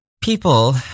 people